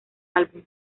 álbum